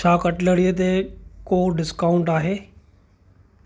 छा कटलरीअ ते को डिस्काउंट आहे